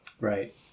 Right